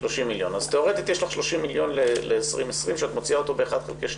אז תיאורטית יש לך 30 מיליון ל-2020 שאת מוציאה אותו ב-1/12.